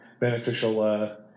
Beneficial